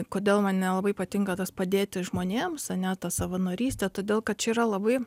kodėl man nelabai patinka tas padėti žmonėms ane ta savanorystė todėl kad čia yra labai